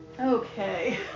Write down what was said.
Okay